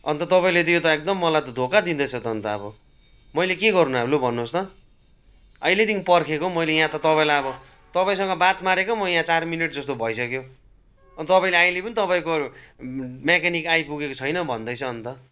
अन्त तपाईँले त यो ता एकदम मलाई त धोका दिँदैछ त अन्त अब मैले के गर्नु अब लु भन्नुहोस् त अहिलेदेखि पर्खेको हो मैले यहाँ त तपाईँलाई अब तपाईँसँग बात मारेकै म यहाँ चार मिनेट जस्तो भइसक्यो अन्त तपाईँले अहिले पनि तपाईँको मेकानिक आइपुगेको छैन भन्दैछ अन्त